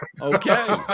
Okay